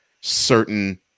certain –